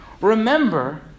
Remember